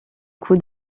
coups